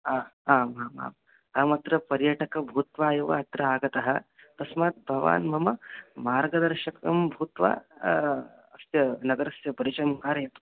हा आम् आम् आम् अहमत्र परियटकः भूत्वा एव अत्र आगतः तस्मात् भवान् मम मार्गदर्शकः भूत्वा अस्य नगरस्य परिचयं कारयतु